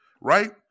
right